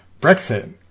Brexit